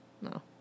no